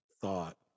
thought